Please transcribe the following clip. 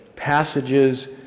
Passages